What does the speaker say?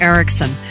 Erickson